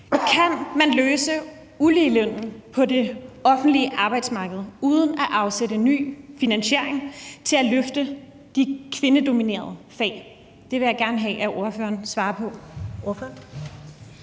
Kan man løse uligelønnen på det offentlige arbejdsmarked uden at afsætte ny finansiering til at løfte de kvindedominerede fag? Det vil jeg gerne have at ordføreren svarer på.